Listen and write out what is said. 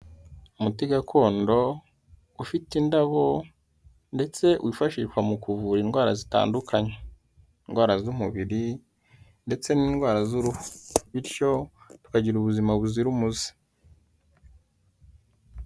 Umuti gakondo ufite indabo ndetse wifashishwa mu kuvura indwara zitandukanye: Indwara z'umubiri ndetse n'indwara z'uruhu bityo tukagira ubuzima buzira umuze.